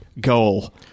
goal